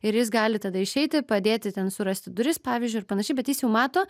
ir jis gali tada išeiti padėti ten surasti duris pavyzdžiui ar panašiai bet jis jau mato